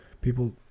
People